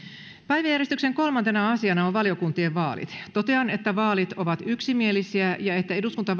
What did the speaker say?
päiväjärjestyksen kolmantena asiana on valiokuntien vaalit totean että vaalit ovat yksimielisiä ja että eduskunta